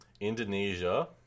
Indonesia